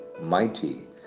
mighty